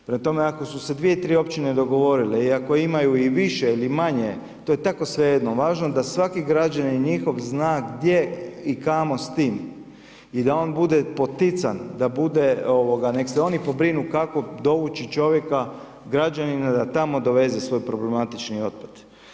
Prema tome ako su se dvije tri općine dogovorile i ako imaju i više ili manje to je tako svejedno važno da svaki građanin njihov zna gdje i kamo s tim i da on bude potican i da se oni pobrinu kako dovući čovjeka, građanina da tamo doveze svoj problematični otpad.